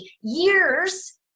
years